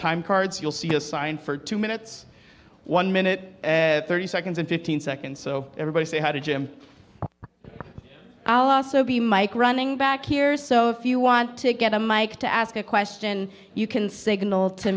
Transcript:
time cards you'll see the sign for two minutes one minute thirty seconds and fifteen seconds so everybody say how did jim i'll also be mike running back here so if you want to get a mike to ask a question you can signal to